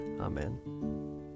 Amen